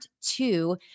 two